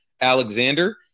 Alexander